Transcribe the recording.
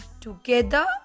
Together